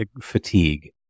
fatigue